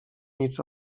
nic